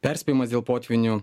perspėjimas dėl potvynių